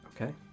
Okay